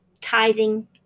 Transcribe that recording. tithing